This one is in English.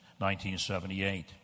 1978